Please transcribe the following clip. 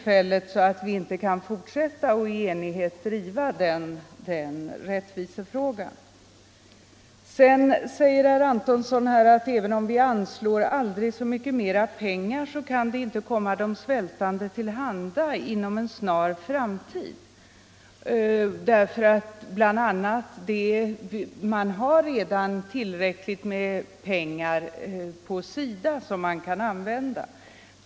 Vi kan därför tyvärr inte fortsätta att driva denna rättvisefråga i enighet. Herr Antonsson anser att även om vi anslår mera pengar så kommer detta inte de svältande till del inom en snar framtid — SIDA har redan tillräckligt med pengar som kan användas till detta.